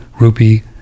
rupee